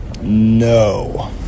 no